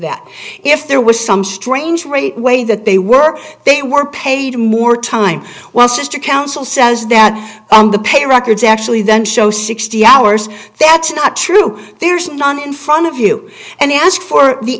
that if there was some strange rate way that they were they were paid more time while sister counsel says that the pay records actually then show sixty hours that's not true there's none in front of you and ask for the